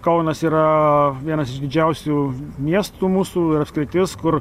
kaunas yra vienas didžiausių miestų mūsų ir apskritis kur